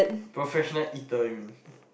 professional eater you mean